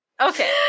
Okay